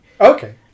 Okay